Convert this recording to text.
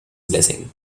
blessing